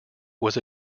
was